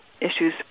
issues